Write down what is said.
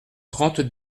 trente